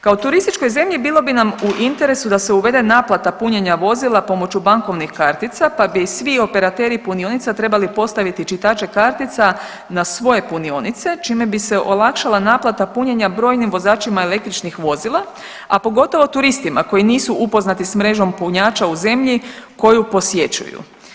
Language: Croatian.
Kao turističkoj zemlji bilo bi nam u interesu da se uvede naplata punjenja vozila pomoću bankovnih kartica, pa bi svi operateri punionica trebali postaviti čitače kartica na svoje punionice čime bi se olakšala naplata punjenja brojnim vozačima električnih vozila, a pogotovo turistima koji nisu upoznati sa mrežom punjača u zemlji koju posjećuju.